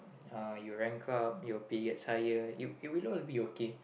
uh you rank up your pay gets higher it it will really be okay